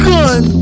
Gun